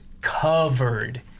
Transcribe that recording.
covered